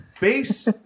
base